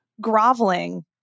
groveling